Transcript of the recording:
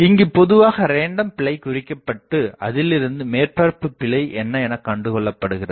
இங்கு பொதுவாக ரேண்டம் பிழை குறிக்கப்பட்ட அதிலிருந்து மேற்பரப்பு பிழை என்ன எனகண்டு கொள்ளப்படுகிறது